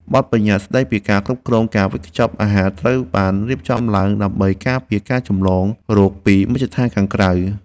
បទប្បញ្ញត្តិស្ដីពីការគ្រប់គ្រងការវេចខ្ចប់អាហារត្រូវបានរៀបចំឡើងដើម្បីការពារការចម្លងរោគពីមជ្ឈដ្ឋានខាងក្រៅ។